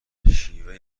شیوه